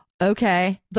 Okay